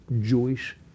Jewish